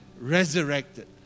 resurrected